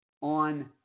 on